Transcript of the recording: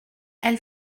elle